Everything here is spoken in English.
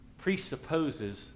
presupposes